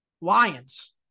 Lions